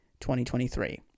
2023